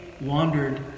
wandered